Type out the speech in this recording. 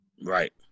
Right